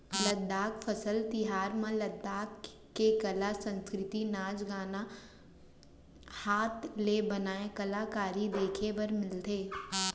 लद्दाख फसल तिहार म लद्दाख के कला, संस्कृति, नाच गाना, हात ले बनाए कलाकारी देखे बर मिलथे